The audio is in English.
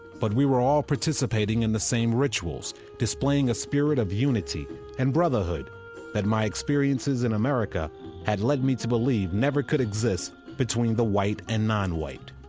but we were all participating in the same rituals, displaying a spirit of unity and brotherhood that my experiences in america had led me to believe never could exist between the white and non-white.